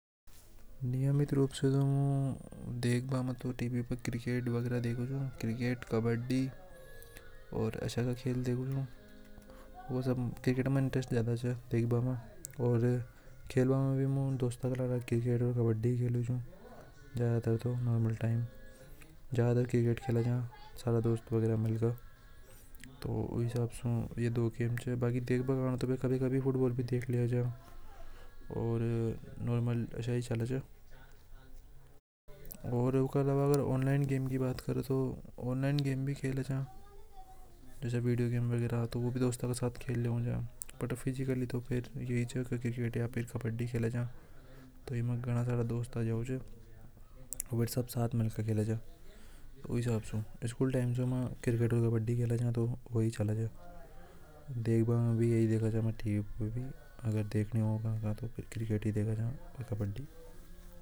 ﻿नियमित रूप से तु मु देख बा मु तो टीवी पर क्रिकेट वगैरा देखो जो क्रिकेट कबड्डी और अच्छा सा खेल देखना इंटरेस्ट ज्यादा और दोस्तों के साथ कबड्डी खेला जाता है। तो नॉर्मल टाइम ज्यादा क्रिकेट खेला जाए सारा दोस्त वगैरा मिलकर कभी-कभी फुटबॉल भी देख लिया जाए और नॉर्मल ऑनलाइन गेम की बात करो तो ऑनलाइन गेम भी खेले जा जैसे वीडियो गेम वगैरा तो वह भी दोस्तों के साथ खेलने मुझे क्रिकेट या फिर कबड्डी खेला जा। तो यह गाना सारा दोस्त आ जाओ स्कूल टाइम कबड्डी खेला जाए तो वही चला जाए तो फिर क्रिकेट ही देगा जहां कबड्डी।